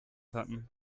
hatten